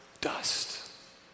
dust